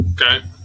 Okay